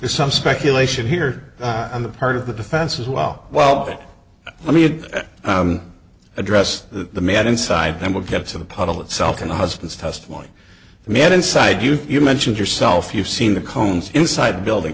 there's some speculation here on the part of the defense as well well let me address the man inside then we'll get to the puddle itself and husbands test one man inside you you mentioned yourself you've seen the cones inside the building